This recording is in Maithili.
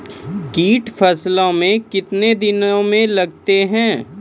कीट फसलों मे कितने दिनों मे लगते हैं?